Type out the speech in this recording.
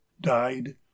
died